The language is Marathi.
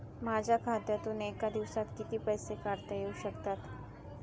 माझ्या खात्यातून एका दिवसात किती पैसे काढता येऊ शकतात?